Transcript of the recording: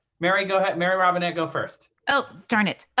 mary, go ahead. mary robinette, go first. oh, darn it.